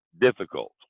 difficult